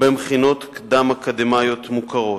במכינות קדם-אקדמיות מוכרות.